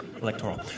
Electoral